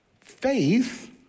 Faith